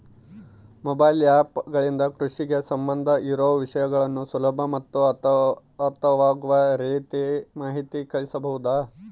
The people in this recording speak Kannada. ಮೊಬೈಲ್ ಆ್ಯಪ್ ಗಳಿಂದ ಕೃಷಿಗೆ ಸಂಬಂಧ ಇರೊ ವಿಷಯಗಳನ್ನು ಸುಲಭ ಮತ್ತು ಅರ್ಥವಾಗುವ ರೇತಿ ಮಾಹಿತಿ ಕಳಿಸಬಹುದಾ?